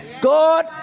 God